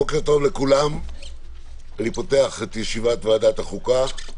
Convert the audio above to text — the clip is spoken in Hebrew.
בוקר טוב לכולם, אני פותח את ישיבת ועדת החוקה.